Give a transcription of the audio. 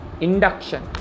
induction